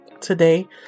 today